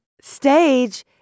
stage